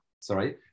Sorry